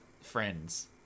friends